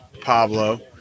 Pablo